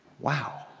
wow,